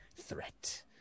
threat